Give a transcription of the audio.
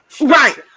Right